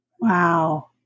Wow